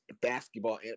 basketball